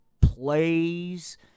plays